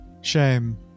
shame